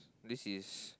this is